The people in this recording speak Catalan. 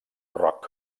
rock